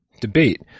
debate